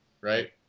Right